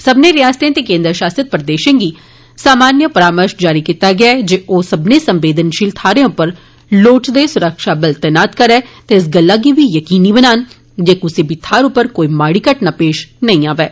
सब्बने रियासतें ते केन्द्र शासित प्रदेषें गी सामान्य परार्मश जारी कीता गेआ ऐ जे ओ सब्बने संवेदनशी ल थ्हारें उप्पर लोढ़चदे सुरक्षाबल तैनात करै ते कुसै गल्ला गी बी जकीनी बनान जे कुसै बी थ्हार उप्पर कोई माड़ी घटना पेश नेई आवै